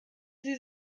sie